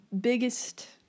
biggest